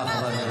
תודה רבה.